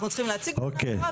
אנחנו צריכים להציג בפני השרה,